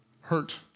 hurt